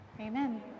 Amen